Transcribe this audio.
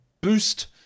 boost